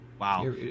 Wow